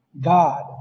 God